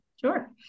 Sure